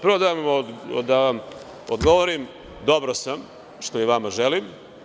Prvo da vam odgovorim, dobro sam, što i vama želim.